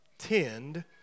Tend